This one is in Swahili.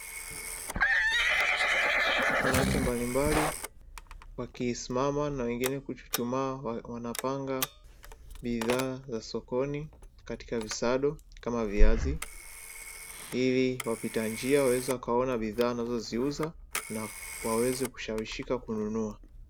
Wanawake mbalimbali wakisimama na wengine kuchuchumaa, wanapanga bidhaa za sokoni katika visado kama viazi, ili wapita njia waweze kuona bidhaa wanazoziuza na waweze kushawishika kununua.